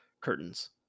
curtains